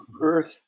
earth